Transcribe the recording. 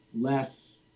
less